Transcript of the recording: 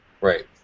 Right